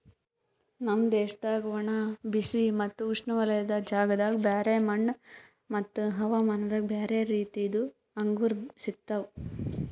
ನಮ್ ದೇಶದಾಗ್ ಒಣ, ಬಿಸಿ ಮತ್ತ ಉಷ್ಣವಲಯದ ಜಾಗದಾಗ್ ಬ್ಯಾರೆ ಮಣ್ಣ ಮತ್ತ ಹವಾಮಾನದಾಗ್ ಬ್ಯಾರೆ ರೀತಿದು ಅಂಗೂರ್ ಸಿಗ್ತವ್